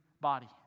body